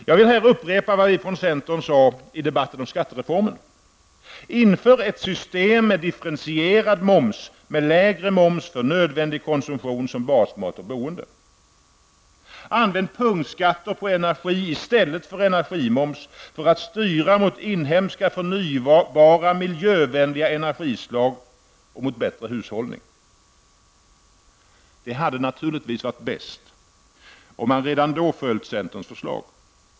Jag vill här upprepa vad vi från centern sade i debatten om skattereformen: -- Inför ett system med differentierad moms med lägre moms för nödvändig konsumtion som basmat och boende. -- Använd punktskatter på energi i stället för energimoms för att styra mot inhemska, förnybara och miljövänliga energislag och mot bättre hushållning. Det hade naturligtvis varit bäst om man redan då följt centerns förslag.